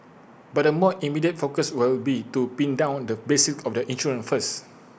but the more immediate focus will be to pin down the basics of the insurance first